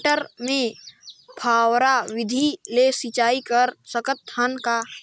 मटर मे फव्वारा विधि ले सिंचाई कर सकत हन का?